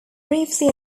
briefly